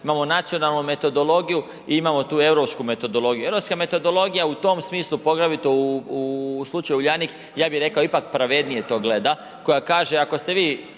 imamo nacionalnu metodologiju i imamo tu europsku metodologiju. Europska metodologija u tom smislu poglavito u slučaju Uljanik ja bih rekao ipak pravednije to gleda, koja kaže ako ste vi